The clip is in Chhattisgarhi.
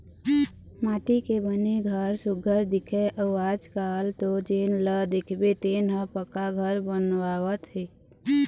माटी के बने घर सुग्घर दिखय अउ आजकाल तो जेन ल देखबे तेन ह पक्का घर बनवावत हे